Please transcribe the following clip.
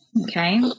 Okay